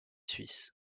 suisse